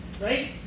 right